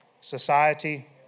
society